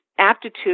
aptitude